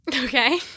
okay